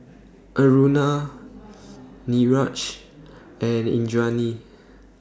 Aruna Niraj and Indranee